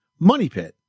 MONEYPIT